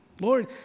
Lord